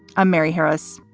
i'm mary harris.